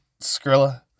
Skrilla